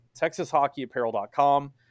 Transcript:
texashockeyapparel.com